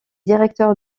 directeur